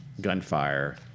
gunfire